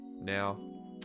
now